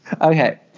Okay